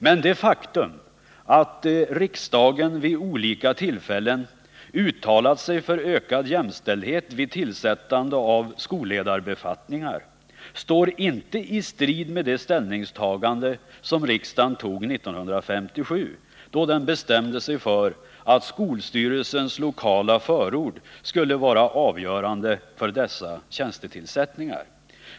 Men det faktum att riksdagen vid olika tillfällen uttalat sig för ökad jämställdhet vid tillsättande av skolledarbefattningar står inte i strid med det ställningstagande som riksdagen gjorde 1957, då den bestämde sig för att skolstyrelsens lokala förord skulle vara avgörande för dessa tjänstetillsättningar.